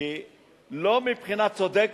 לא מבחינת הצדק